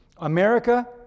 America